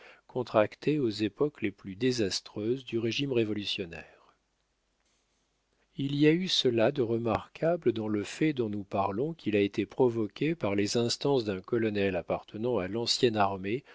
contractés aux époques les plus désastreuses du régime révolutionnaire il y a eu cela de remarquable dans le fait dont nous parlons qu'il a été provoqué par les instances d'un colonel appartenant à l'ancienne armée